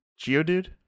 Geodude